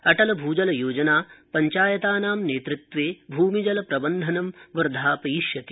अटल भूजलयोजना पंचायतानां नेतृत्वे भूमि जल प्रबंधनं वर्धापथिष्यति